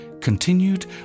continued